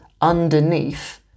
underneath